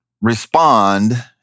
respond